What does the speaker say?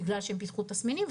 מכיוון שהם פיתחו תסמינים.